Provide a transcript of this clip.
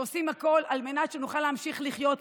שעושים הכול על מנת שנוכל להמשיך לחיות פה,